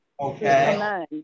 Okay